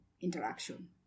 interaction